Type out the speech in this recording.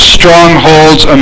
strongholds